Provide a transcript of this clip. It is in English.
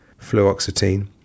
fluoxetine